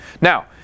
Now